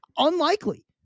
unlikely